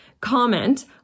comment